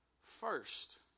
First